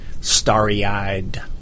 starry-eyed